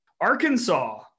Arkansas